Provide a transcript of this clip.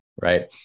right